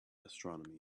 astronomy